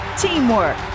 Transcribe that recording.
Teamwork